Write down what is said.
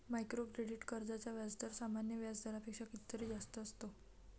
micro credit कर्जांचा व्याजदर सामान्य व्याज दरापेक्षा कितीतरी जास्त असतो